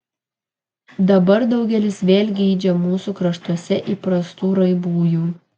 dabar daugelis vėl geidžia mūsų kraštuose įprastų raibųjų